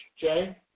Jay